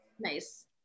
Nice